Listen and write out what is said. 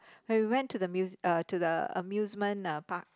when we went to the muse~ uh to the amusement uh park